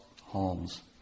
homes